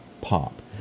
pop